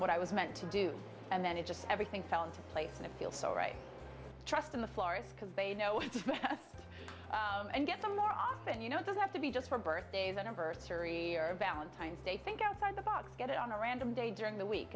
what i was meant to do and then it just everything fell into place and it feels so right trust in the florist because they know it and get some more often you know it doesn't have to be just for birthdays anniversary or valentine's day think outside the box get it on a random day during the week